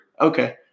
Okay